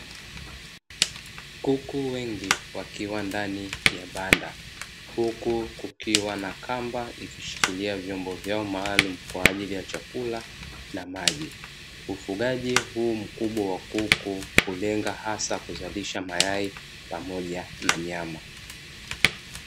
Kuku wengi wakiwa ndani ya banda huku kukiwa na kamba ikishikilia vyombo vyao maalumu kwa ajili ya chakula na maji, ufugaji huu mkubwa wa kuku hulenga hasa kuzalisha mayai pamoja na nyama.